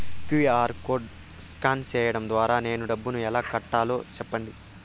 QR code scan సేయడం ద్వారా నేను డబ్బును ఎలా కట్టాలో సెప్పండి?